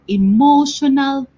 emotional